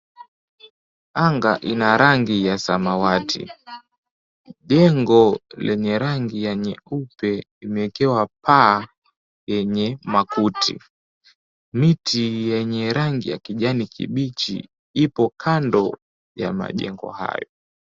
Anga ina rangi ya samawati. Jengo lenye rangi ya nyeupe imewekewa paa yenye makuti. Miti yenye rangi ya kijani kibichi ipo kando ya majengo hayo.